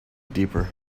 deeper